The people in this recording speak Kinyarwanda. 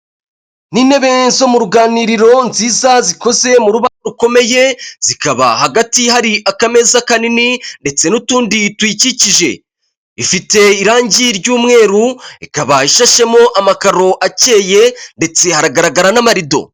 N'intebe zo mu ruganiriro nziza zikoze mu rubaho rukomeye zikaba hagati hari akameza kanini ndetse n'utundi tuyikikije ifite irangi ry'umweru ikabashashemo amakaro acyeye ndetse hagaragara n'amarido.